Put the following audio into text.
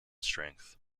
strength